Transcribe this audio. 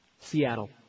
Seattle